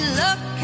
look